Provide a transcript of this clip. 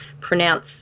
pronounce